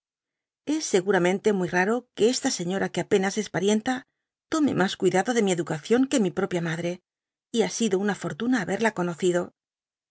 s seguramente muy raro que esta señora que apenas es parienta tome mas cuidado de mi educación que mi propia madre y ha sido una fortuna haberla conocido